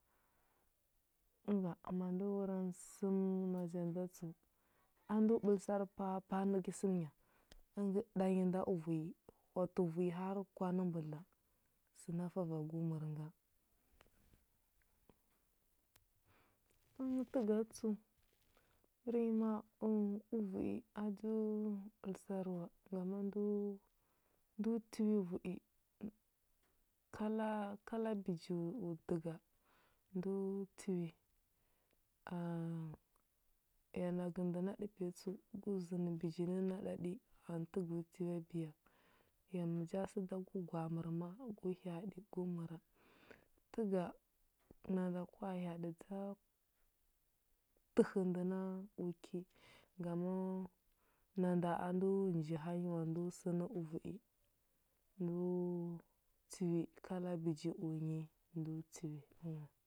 Ənga, ma ndə wuranə səm naja nda tsəu, a ndo ɓəlsar pa apa a ma ki səm ya. Əngə ɗanyi nda əvu i. Hwatə vu i har kwa a nə mbudla, səna favagəu mər nga. Ə təga tsəu kərnyi ma a ənghə əvu i a ju ngama ndo ndo tiwi vu i kala kala bəji o o dəga ndo tiwi. aa ya nagə ndə na ɗə piya tsəu, gu zənə bəji nəna ɗaɗi. Ngam təgo tiwi biya, ya maja səda go gwa a mər a a go hya aɗi. Təga nanda kwa hya aɗə dza dəhə ndə na o ki, ngama nanda a ndo nji hanyi wa ndo sənə əvu i. Ndo tiwi kala bəji o nyi ndo tiwi.